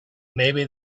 maybe